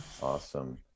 Awesome